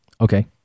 Okay